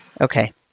Okay